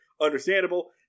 Understandable